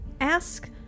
Ask